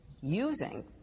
using